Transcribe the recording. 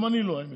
גם אני לא, האמת.